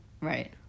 Right